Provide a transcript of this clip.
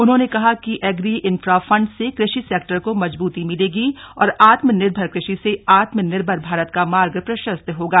उन्होंने कहा है कि एग्री इंफ्रा फंड से कृषि सेक्टर को मजबूती मिलेगी और आत्मनिर्भर कृषि से आत्मनिर्भर भारत का मार्ग प्रशस्त होगा